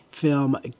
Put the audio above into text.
film